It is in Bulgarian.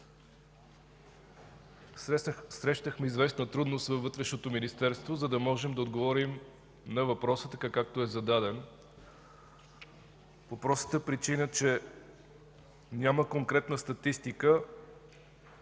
Срещнахме известна трудност във Вътрешното министерство, за да можем да отговорим на въпроса така, както е зададен, по простата причина че няма конкретна статистика,